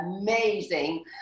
amazing